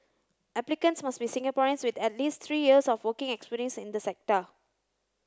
applicants must be Singaporeans with at least three years of working experience in the sector